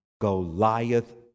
Goliath